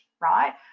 right